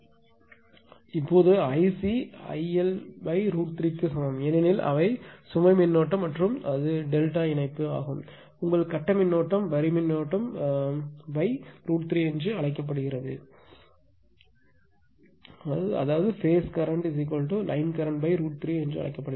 இப்போது அந்த IC I எல்√3 க்கு சமம் ஏனெனில் அவை சுமை மின்னோட்டம் மற்றும் அவை டெல்டா இணைப்பு எனவே உங்கள் கட்ட மின்னோட்டம் வரி மின்னோட்டம் √3 என்று அழைக்கப்படுகிறது